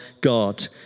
God